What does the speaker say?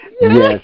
Yes